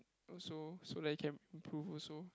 so so that he can improve also